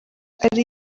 ari